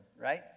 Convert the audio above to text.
right